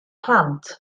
plant